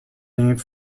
named